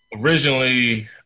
Originally